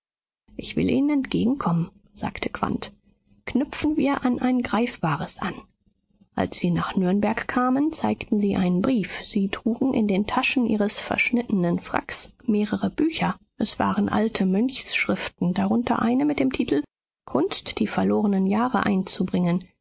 ich will ihnen entgegenkommen sagte quandt knüpfen wir an ein greifbares an als sie nach nürnberg kamen zeigten sie einen brief sie trugen in den taschen ihres verschnittenen fracks mehrere bücher es waren alte mönchsschriften darunter eine mit dem titel kunst die verlorenen jahre einzubringen